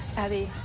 abby,